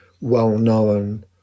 well-known